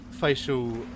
facial